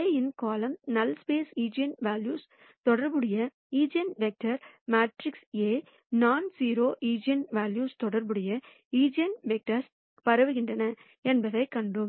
A இன் column null space ஈஜென்வெல்யூக்களுடன் தொடர்புடைய ஈஜென்வெக்டர்கள் மேட்ரிக்ஸ் A நான் ஸிரோ ஈஜென்வெல்யூக்களுடன் தொடர்புடைய ஈஜென்வெக்டர்கள் பரவுகின்றன என்பதைக் கண்டோம்